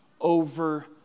over